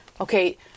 Okay